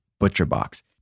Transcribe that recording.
ButcherBox